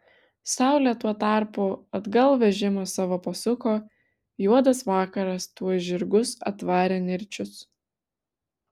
saulė tuo tarpu atgal vežimą savo pasuko juodas vakaras tuoj žirgus atvarė nirčius